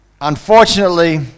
unfortunately